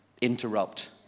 interrupt